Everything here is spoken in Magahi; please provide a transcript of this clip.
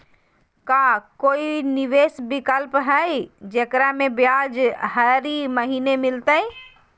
का कोई निवेस विकल्प हई, जेकरा में ब्याज हरी महीने मिलतई?